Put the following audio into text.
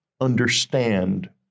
understand